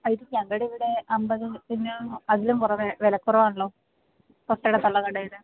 അരിക്ക് ഞങ്ങളുടെ ഇവിടെ അമ്പതും പിന്നെ അതിലും വിലക്കുറവാണല്ലോ തൊട്ടടുത്തുള്ള കടയില്